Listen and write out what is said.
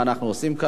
בבקשה, אדוני.